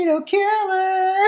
killer